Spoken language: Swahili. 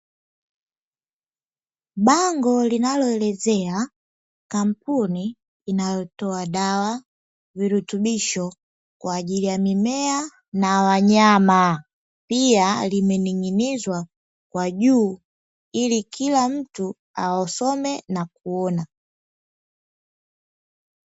Bango linaloelezea kampuni inayotoa dawa, virutubisho kwa ajili ya mimea na wanyama pia limening'inizwa kwa juu ili kila mtu asome na kuona.